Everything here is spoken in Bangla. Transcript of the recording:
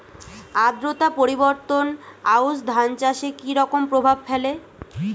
আদ্রতা পরিবর্তন আউশ ধান চাষে কি রকম প্রভাব ফেলে?